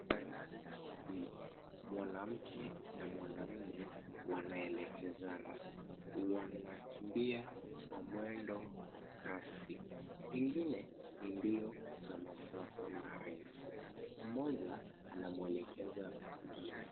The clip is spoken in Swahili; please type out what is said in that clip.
Wanariadha wawili mwanamke na mwanaume wanaelekezana. Wanakimbia kwa mwendo wa kasi pengine ni mbio za masafa marefu. Mmoja anamuelekeza mwingine.